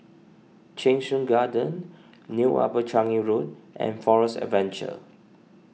Cheng Soon Garden New Upper Changi Road and Forest Adventure